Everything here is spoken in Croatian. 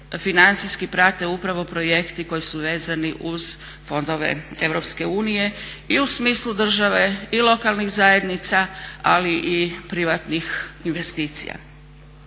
financijski prate upravo projekti koji su vezani uz fondove Europske unije i u smislu države i lokalnih zajednica, ali i privatnih investicija.